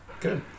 Good